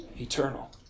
eternal